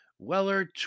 Weller